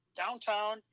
downtown